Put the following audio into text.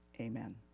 Amen